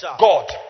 God